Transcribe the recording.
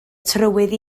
trywydd